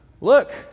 Look